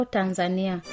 Tanzania